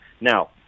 Now